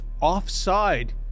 offside